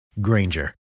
Granger